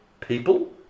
People